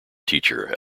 teacher